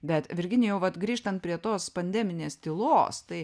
bet virginijau vat grįžtant prie tos pandeminės tylos tai